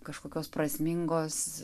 kažkokios prasmingos